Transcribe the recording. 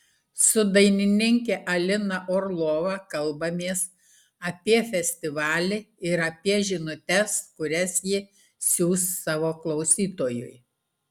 su dainininke alina orlova kalbamės apie festivalį ir apie žinutes kurias ji siųs savo klausytojui